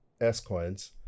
S-Coins